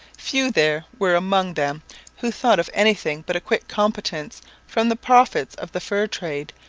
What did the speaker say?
few there were among them who thought of anything but a quick competence from the profits of the fur trade,